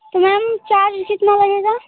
तो ma'am charge कितना लगेगा